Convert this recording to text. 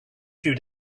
few